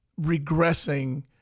regressing